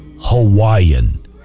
Hawaiian